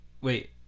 Wait